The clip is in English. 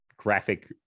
graphic